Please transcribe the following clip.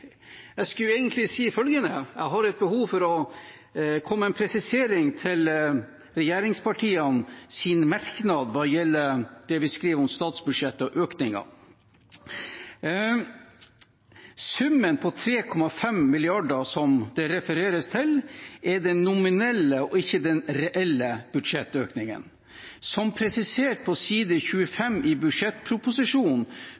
Jeg skulle egentlig si følgende: Jeg har et behov for å komme med en presisering til regjeringspartienes merknad hva gjelder det vi skriver om statsbudsjettet og økninger. Summen på 3,5 mrd. kr, som det refereres til, er den nominelle og ikke den reelle budsjettøkningen. Som presisert på side